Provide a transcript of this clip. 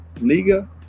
Liga